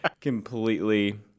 completely